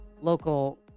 local